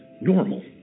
normal